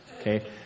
okay